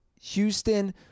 Houston